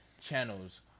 channels